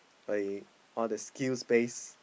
like all the skills based